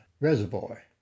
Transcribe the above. reservoir